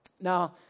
Now